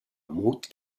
mot